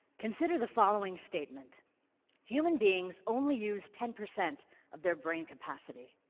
consider the following statement human beings only use ten percent of their brain capacity.